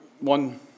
one